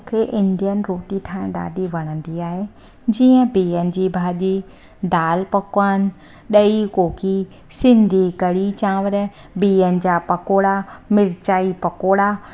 मूंखे इंडियन रोटी ठाहिण ॾाढी वणंदी आहे जीअं बीहनि जी भाॼी दालि पकवान ॾई कोकी सिंधी कड़ी चांवर बीहनि जा पकौड़ा मिर्चाई पकौड़ा